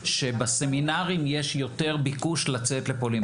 שבסמינרים יש יותר ביקוש לצאת לפולין,